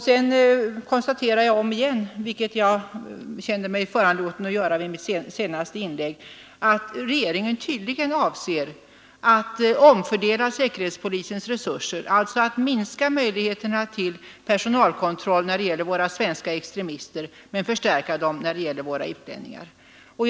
Sedan konstaterar jag åter, vilket jag kände mig föranlåten göra i mitt senaste inlägg, att regeringen tydligen avser att omfördela säkerhetspolisens resurser så, att man minskar möjligheterna till personalkontroll när det gäller våra svenska extremister men förstärker dem då det är fråga om utländska extremister här i landet.